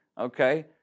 Okay